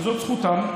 וזאת זכותם,